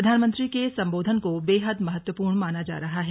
प्रधानमंत्री के संबोधन को बेहद महत्वपूर्ण माना जा रहा है